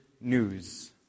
news